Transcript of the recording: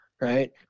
right